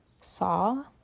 saw